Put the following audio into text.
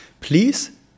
please